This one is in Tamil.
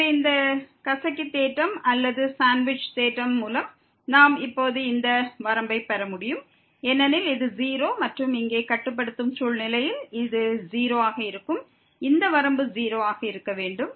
எனவே இந்த ஸ்க்வீஸ் தேற்றம் அல்லது சாண்ட்விச் தேற்றம் மூலம் நாம் இப்போது இந்த வரம்பை பெற முடியும் ஏனெனில் இது 0 மற்றும் இங்கே கட்டுப்படுத்தும் சூழ்நிலையில் இது 0 ஆக இருக்கும் இந்த வரம்பு 0 ஆக இருக்க வேண்டும்